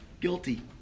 guilty